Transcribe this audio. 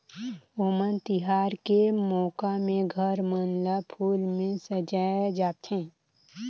ओनम तिहार के मउका में घर मन ल फूल में सजाए जाथे